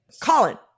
Colin